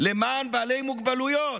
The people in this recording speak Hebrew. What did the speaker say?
למען בעלי מוגבלויות.